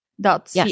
dot